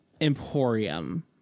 emporium